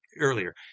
earlier